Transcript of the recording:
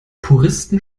puristen